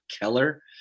Keller